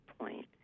point